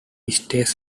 states